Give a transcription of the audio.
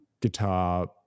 guitar